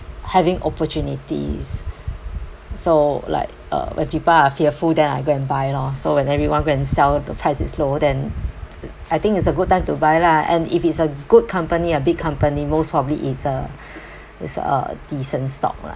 having opportunities so like uh when people buy I fearful then I go and buy lor so when everyone go and sell the price is low then uh I think it's a good time to buy lah and if it's a good company a big company most probably it's a it's a decent stock lah